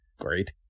Great